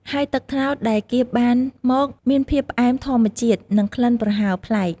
ហើយទឹកត្នោតដែលគៀបបានមកមានភាពផ្អែមធម្មជាតិ និងក្លិនប្រហើរប្លែក។